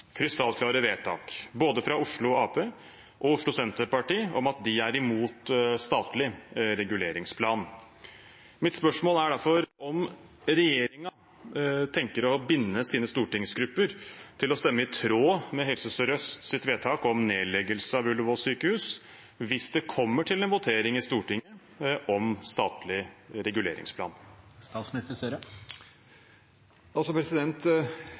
krystallklare vedtak, både fra Oslo Arbeiderparti og Oslo Senterparti, om at de er imot statlig reguleringsplan. Mitt spørsmål er derfor om regjeringen tenker å binde sine stortingsgrupper til å stemme i tråd med Helse Sør-Østs vedtak om nedleggelse av Ullevål sykehus, hvis det kommer til votering i Stortinget om statlig reguleringsplan.